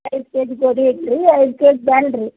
ಐದು K G ಗೋಧಿ ಹಿಟ್ಟು ರಿ ಐದು ಕೆ ಜ್ ಬೇಳೆ ರಿ